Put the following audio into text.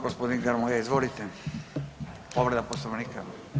Gospodin Grmoja izvolite, povreda Poslovnika.